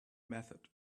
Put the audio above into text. method